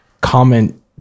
comment